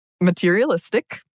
materialistic